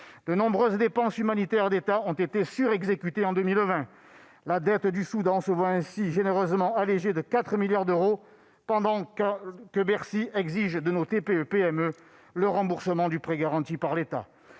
De nombreuses dépenses humanitaires d'État ont été surexécutées en 2020. La dette du Soudan se voit ainsi généreusement allégée de 4 milliards d'euros, pendant que Bercy exige de nos TPE et PME le remboursement du prêt garanti par l'État.